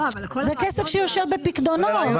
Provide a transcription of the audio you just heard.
זהו כסף שיושב בפיקדונות.